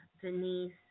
Denise